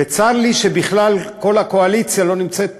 צר לי שבכלל כל הקואליציה לא נמצאת פה.